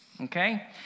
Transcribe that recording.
okay